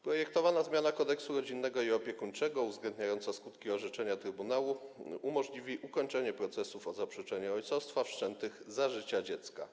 Projektowana zmiana Kodeksu rodzinnego i opiekuńczego uwzględniająca skutki orzeczenia trybunału umożliwi ukończenie procesów o zaprzeczenie ojcostwa wszczętych za życia dziecka.